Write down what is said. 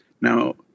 Now